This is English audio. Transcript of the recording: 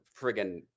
friggin